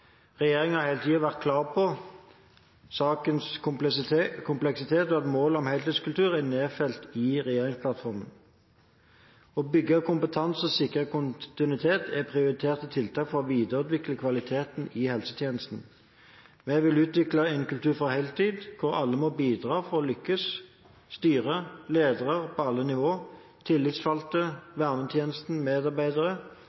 har hele tiden vært klar på sakens kompleksitet og at målet om heltidskultur er nedfelt i regjeringsplattformen. Å bygge kompetanse og å sikre kontinuitet er prioriterte tiltak for å videreutvikle kvaliteten i helsetjenesten. Vi vil utvikle en kultur for heltid, hvor alle må bidra for å lykkes: styret, ledere på alle